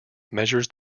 measures